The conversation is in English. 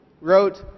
wrote